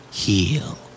Heal